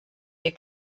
der